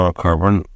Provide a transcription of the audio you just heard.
carbon